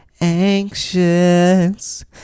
anxious